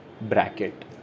bracket